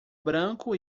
branco